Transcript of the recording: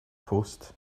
post